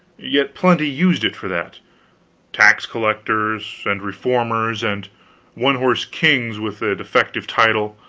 yet plenty used it for that tax collectors, and reformers, and one-horse kings with a defective title,